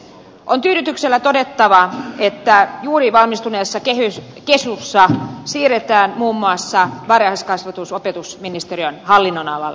on tyydytyksellä todettava että juuri valmistuneessa kesussa siirretään muun muassa varhaiskasvatus opetusministeriön hallinnonalalle